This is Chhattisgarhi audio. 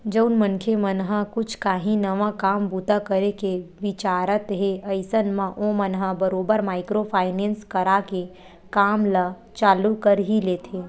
जउन मनखे मन ह कुछ काही नवा काम बूता करे के बिचारत हे अइसन म ओमन ह बरोबर माइक्रो फायनेंस करा के काम ल चालू कर ही लेथे